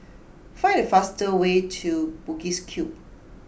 find the fastest way to Bugis Cube